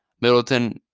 Middleton